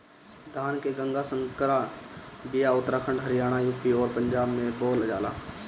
धान के गंगा संकर बिया उत्तराखंड हरियाणा, यू.पी अउरी पंजाब में बोअल जाला